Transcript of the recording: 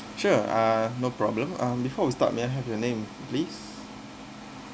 sure uh no problem um before we start may I have your name please